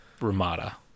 Ramada